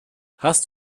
hast